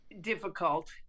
difficult